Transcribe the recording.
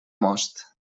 most